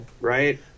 Right